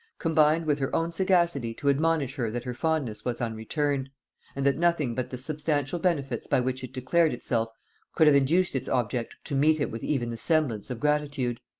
combined with her own sagacity to admonish her that her fondness was unreturned and that nothing but the substantial benefits by which it declared itself could have induced its object to meet it with even the semblance of gratitude.